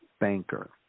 banker